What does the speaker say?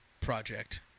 project